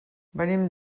venim